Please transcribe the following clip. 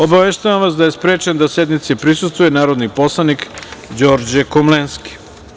Obaveštavam vas da je sprečen da sednici prisustvuje narodni poslanik Đorđe Komlenski.